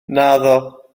naddo